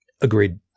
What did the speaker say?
Agreed